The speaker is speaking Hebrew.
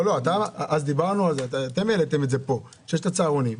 אתם העליתם את זה פה, שיש הצהרונים.